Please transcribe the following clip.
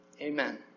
Amen